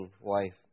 wife